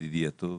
ידידי הטוב,